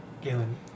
Galen